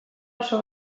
oso